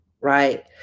right